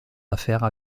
affaires